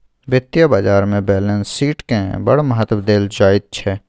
वित्तीय बाजारमे बैलेंस शीटकेँ बड़ महत्व देल जाइत छै